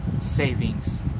savings